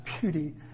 beauty